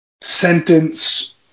sentence